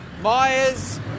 Myers